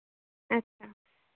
अच्छा